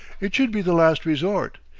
it should be the last resort.